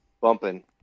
bumping